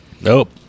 Nope